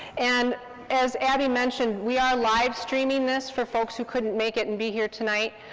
and as abby mentioned, we are live-streaming this for folks who couldn't make it and be here tonight,